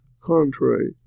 contrary